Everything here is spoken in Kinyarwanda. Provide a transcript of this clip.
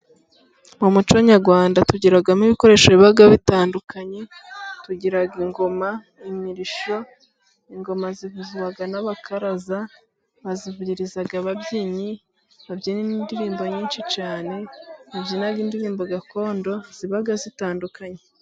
Mu muco nyarwanda tugiramo ibikoresho biba bitandukanye:tugira ingoma, imirishyo, ingoma zivuzwa n'abakaraza bazivugiriza ababyinnyi babyina indirimbo nyinshi cyane, babyina indirimbo gakondo ziba zitandukanye.